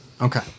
Okay